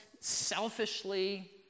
selfishly